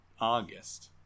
August